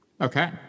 Okay